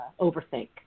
overthink